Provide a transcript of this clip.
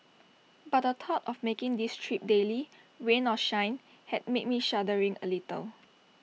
but the tough of making this trip daily rain or shine had me shuddering A little